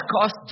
cost